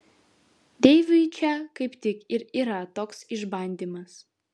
deivui čia kaip tik ir yra toks išbandymas